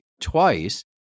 twice